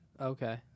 Okay